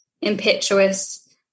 impetuous